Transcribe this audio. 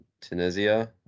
tunisia